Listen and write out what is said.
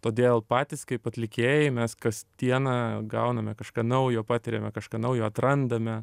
todėl patys kaip atlikėjai mes kas dieną gauname kažką naujo patiriame kažką naujo atrandame